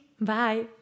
Bye